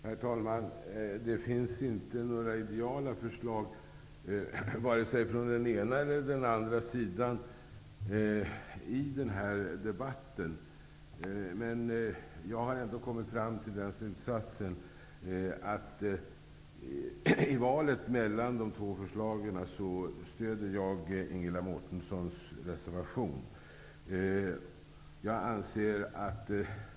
Herr talman! Det finns inte några ideala förslag vare sig från den ena eller den andra sidan i den här debatten. Men jag har ändå kommit fram till den slutsatsen att jag i valet mellan de två förslagen stöder Ingela Mårtenssons reservation.